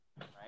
right